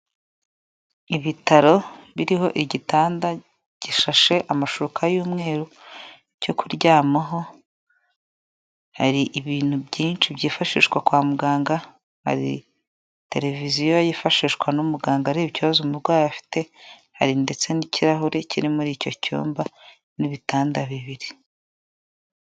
Ibitaro biriho igitanda gishashe amashuka y'umweru cyo kuryamaho, hari ibintu byinshi byifashishwa kwa muganga hari televiziyo yifashishwa n'umuganga areba ikibazo umurwayi afite hari ndetse n'ikirahure kiri muri icyo cyumba n'ibitanda bibiri,